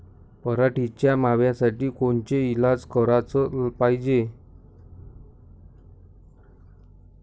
पराटीवरच्या माव्यासाठी कोनचे इलाज कराच पायजे?